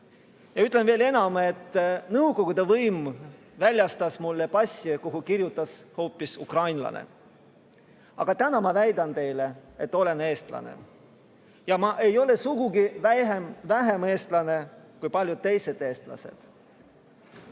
Ütlen veel enam: nõukogude võim väljastas mulle passi, kuhu kirjutas hoopis "ukrainlane". Aga täna ma väidan teile, et olen eestlane ja ma ei ole sugugi vähem eestlane kui paljud teised eestlased.